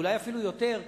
אולי אפילו יותר,